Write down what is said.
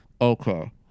okay